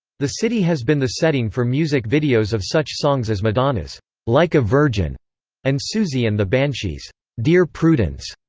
the city has been the setting for music videos of such songs as madonna's like a virgin and siouxsie and the banshees' dear prudence.